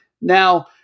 Now